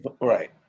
Right